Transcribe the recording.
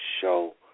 show